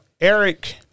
Eric